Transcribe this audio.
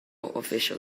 official